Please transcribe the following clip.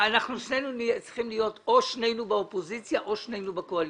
שנינו צריכים להיות או שנינו באופוזיציה או שנינו בקואליציה.